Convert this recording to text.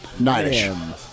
Nine